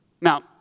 Now